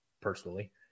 personally